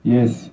Yes